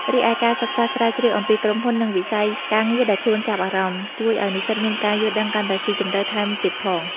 រីឯការសិក្សាស្រាវជ្រាវអំពីក្រុមហ៊ុន និងវិស័យការងារដែលខ្លួនចាប់អារម្មណ៍ ជួយឲ្យនិស្សិតមានការយល់ដឹងកាន់តែស៊ីជម្រៅថែមទៀតផង។